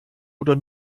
oder